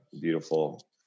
beautiful